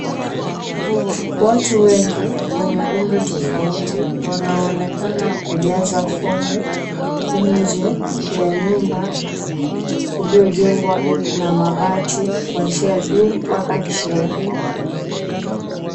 Watu wengi, wenye umri tofauti, wanaonekana kujaza fomu nje ya nyumba iliyojengwa na mabati kuanzia juu mpaka chini.